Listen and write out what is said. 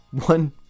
one